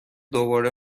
دوباره